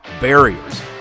barriers